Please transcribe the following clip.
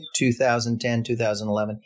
2010-2011